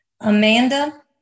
Amanda